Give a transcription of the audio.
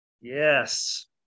Yes